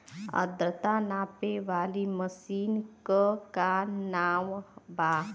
आद्रता नापे वाली मशीन क का नाव बा?